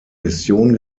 mission